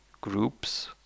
groups